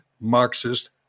Marxist